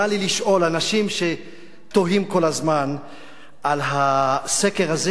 מה לי לשאול אנשים שתוהים כל הזמן על הסקר הזה,